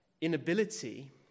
inability